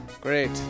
Great